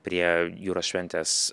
prie jūros šventės